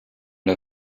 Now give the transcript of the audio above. der